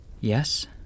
Yes